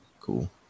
cool